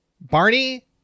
Barney